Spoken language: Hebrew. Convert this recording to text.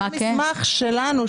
זה מסמך שלנו.